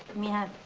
mia.